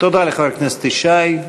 תודה לחבר הכנסת ישי.